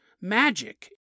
magic